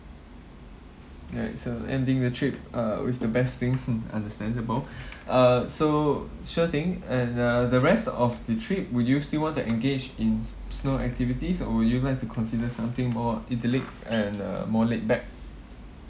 ya it's uh ending the trip uh with the best thing understandable uh so sure thing and uh the rest of the trip would you still want to engage in s~ snow activities or would you like to consider something more idyllic and uh more laid back